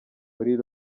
mujyi